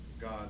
God